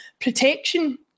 protection